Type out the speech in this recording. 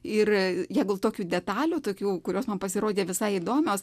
ir jeigu tokių detalių tokių kurios man pasirodė visai įdomios